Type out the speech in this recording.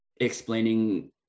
explaining